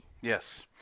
Yes